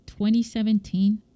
2017